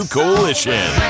coalition